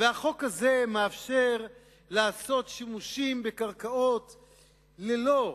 והחוק הזה מאפשר לעשות שימושים בקרקעות ללא,